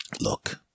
Look